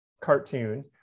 cartoon